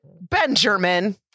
Benjamin